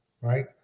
right